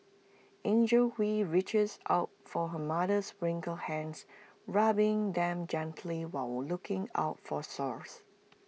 Angie Hui reaches out for her mother's wrinkly hands rubbing them gently while looking out for sores